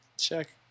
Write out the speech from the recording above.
Check